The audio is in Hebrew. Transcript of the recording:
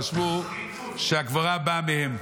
חשבו שהגבורה באה מהם.